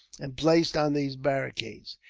and placed on these barricades.